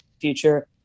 future